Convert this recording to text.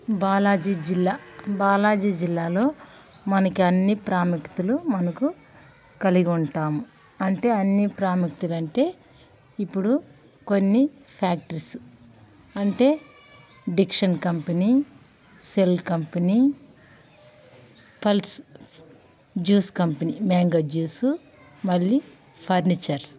బాలాజీ జిల్లా బాలాజీ జిల్లాలో మనకు అన్నీ ప్రాముఖ్యతలు మనకు కలిగి ఉంటాం అంటే అన్నీ ప్రాముఖ్యతలు అంటే ఇప్పుడు కొన్ని ఫ్యాక్టరీస్ అంటే Dixon company cell company pulse juice company mango juice మళ్ళీ ఫర్నిచర్స్